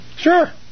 Sure